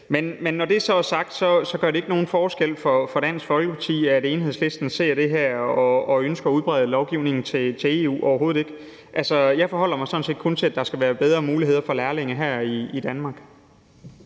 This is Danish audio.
Men når det så er sagt, gør det ikke nogen forskel for Dansk Folkeparti, at Enhedslisten ser sådan på det og ønsker at udbrede lovgivningen til resten af EU – overhovedet ikke. Jeg forholder mig kun til, at der skal være bedre muligheder for lærlinge her i Danmark.